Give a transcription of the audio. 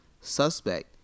suspect